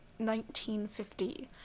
1950